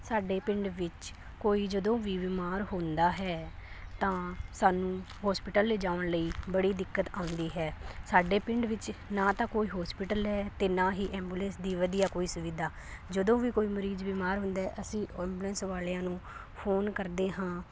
ਸਾਡੇ ਪਿੰਡ ਵਿੱਚ ਕੋਈ ਜਦੋਂ ਵੀ ਬਿਮਾਰ ਹੁੰਦਾ ਹੈ ਤਾਂ ਸਾਨੂੰ ਹੋਸਪਿਟਲ ਲਿਜਾਉਣ ਲਈ ਬੜੀ ਦਿੱਕਤ ਆਉਂਦੀ ਹੈ ਸਾਡੇ ਪਿੰਡ ਵਿੱਚ ਨਾ ਤਾਂ ਕੋਈ ਹੋਸਪਿਟਲ ਹੈ ਅਤੇ ਨਾ ਹੀ ਐਬੂਲੈਂਸ ਦੀ ਵਧੀਆ ਕੋਈ ਸੁਵਿਧਾ ਜਦੋਂ ਵੀ ਕੋਈ ਮਰੀਜ਼ ਬਿਮਾਰ ਹੁੰਦਾ ਹੈ ਅਸੀਂ ਐਬੂਲੈਂਸ ਵਾਲਿਆਂ ਨੂੰ ਫੋਨ ਕਰਦੇ ਹਾਂ